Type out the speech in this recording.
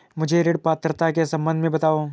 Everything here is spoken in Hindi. मुझे ऋण पात्रता के सम्बन्ध में बताओ?